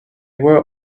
were